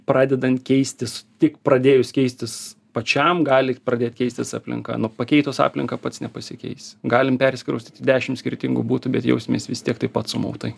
pradedant keistis tik pradėjus keistis pačiam gali pradėt keistis aplinka nu pakeitus aplinką pats nepasikeisi galim persikraustyt į dešim skirtingų butų bet jausimės vis tiek taip pat sumautai